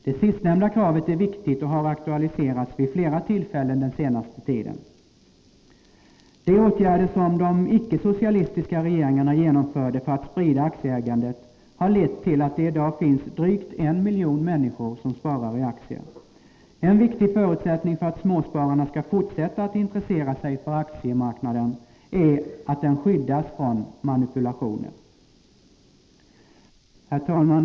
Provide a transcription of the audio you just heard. Det sistnämnda kravet är viktigt och har aktualiserats vid flera tillfällen den senaste tiden. De åtgärder som de icke-socialistiska regeringarna genomförde för att sprida aktieägandet har lett till att det i dag finns drygt en miljon människor som sparar i aktier. En viktig förutsättning för att småspararna skall fortsätta att intressera sig för aktiemarknaden är att den skyddas från manipulationer. Herr talman!